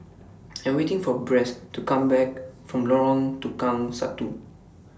I Am waiting For Bess to Come Back from Lorong Tukang Satu